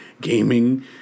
gaming